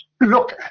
look